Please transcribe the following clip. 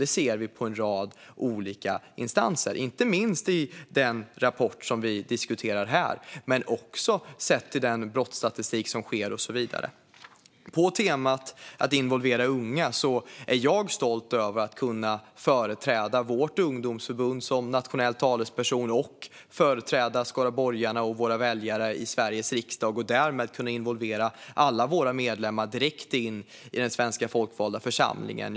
Det ser vi på en rad olika instanser, inte minst i den rapport som vi här diskuterar, men också i brottsstatistik och så vidare. På temat att involvera unga är jag stolt över att kunna företräda vårt ungdomsförbund som nationell talesperson och även skaraborgarna och våra väljare i Sveriges riksdag och därmed kunna involvera alla våra medlemmar direkt in i den svenska folkvalda församlingen.